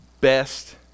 best